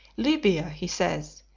libya, he says,